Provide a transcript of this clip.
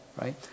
right